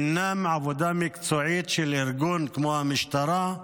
אינם עבודה מקצועית של ארגון כמו המשטרה.